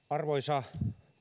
arvoisa